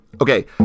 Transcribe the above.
Okay